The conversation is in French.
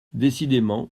décidément